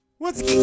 What's-